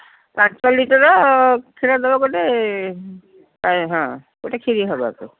ପାଞ୍ଚ ଲିଟର କ୍ଷୀର ଦେବ ଗୋଟିଏ ପାଏ ହଁ ଗୋଟିଏ ଖିରି ହେବାକୁ